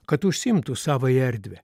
kad užsiimtų savąją erdvę